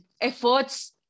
efforts